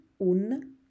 un